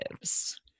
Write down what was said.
lives